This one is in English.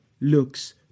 looks